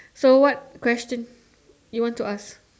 so what question you want to ask